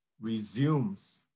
resumes